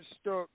stuck